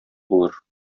булыр